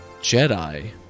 Jedi